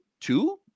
Two